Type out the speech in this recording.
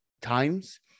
times